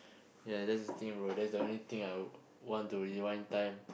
ya that's the thing about that's the only thing I would want to rewind time